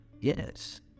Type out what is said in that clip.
Yes